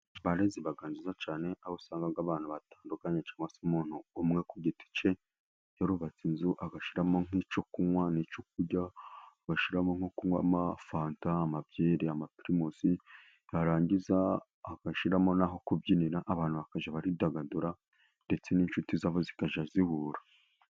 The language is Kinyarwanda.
Bare ziba nziza cyane, aho usanga abantu batandukanye, cyangwa se umuntu umwe ku giti cye, yarubatse inzu agashyiramo nk'icyo kunywa n'icyo kurya. Agashyiramo nko kunywa amafanta, amabyeri, amapirimusi; yarangiza agashyiramo naho kubyinira, abantu bakajya baridagadura, ndetse n'inshuti zabo zikajya zihura.